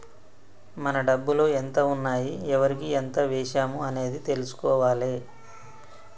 మన డబ్బులు ఎంత ఉన్నాయి ఎవరికి ఎంత వేశాము అనేది తెలుసుకోవాలే